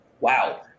wow